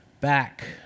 back